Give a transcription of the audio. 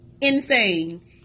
insane